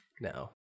No